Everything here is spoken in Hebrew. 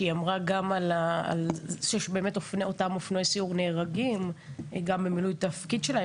שאמרה שאותם אופנועי סיור נהרגים גם במילוי תפקידם,